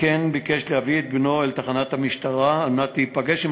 וכן ביקש להביא את בנו אל תחנת המשטרה להיפגש עם